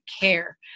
care